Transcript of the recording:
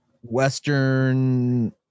Western